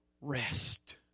rest